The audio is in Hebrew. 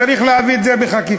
וצריך להביא את זה בחקיקה.